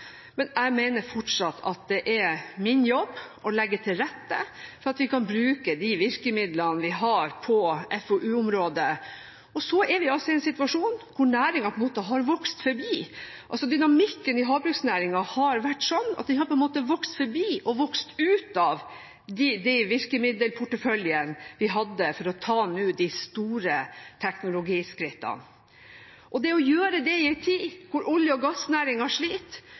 men jeg mener fortsatt at det er min jobb å legge til rette for at vi kan bruke de virkemidlene vi har på FoU-området. Vi er i en situasjon hvor dynamikken i havbruksnæringen har vært sånn at den har vokst forbi og ut av de virkemiddelporteføljene vi hadde for å ta de store teknologiskrittene. Det å gjøre dette i en tid hvor olje- og gassnæringen sliter,